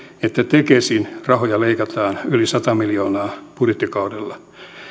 että tekesin rahoja leikataan yli sata miljoonaa budjettikaudella